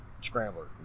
Scrambler